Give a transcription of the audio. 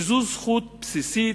שזו זכות בסיסית,